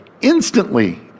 instantly